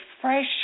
fresh